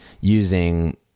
using